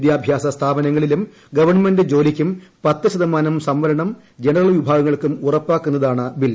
വിദ്യാഭ്യാസ സ്ഥാപനങ്ങളിലും ഗവൺമെന്റ് ജോലിക്കും പത്ത് ശതമാനം സംവരണം ജനറൽ വിഭാഗങ്ങൾക്കും ഉറപ്പാക്കുന്നതാണ് ബിൽ